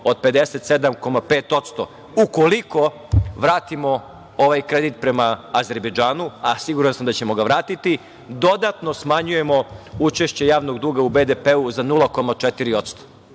od 57,5% ukoliko vratimo ovaj kredit prema Azerbejdžanu, a siguran sam da ćemo ga vratiti, dodatno smanjujemo učešće javnog duga u BDP za 0,4%